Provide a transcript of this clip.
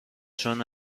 چون